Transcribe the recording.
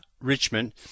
Richmond